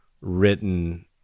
written